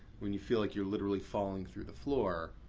when you feel like you're literally falling through the floor,